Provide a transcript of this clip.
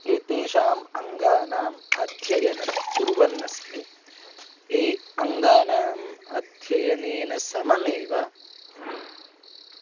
एतेषाम् अङ्गानाम् अध्ययनं कुर्वन् अस्मि ए अङ्गानाम् अध्ययनेन सममेव